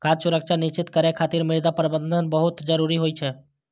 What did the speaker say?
खाद्य सुरक्षा सुनिश्चित करै खातिर मृदा प्रबंधन बहुत जरूरी होइ छै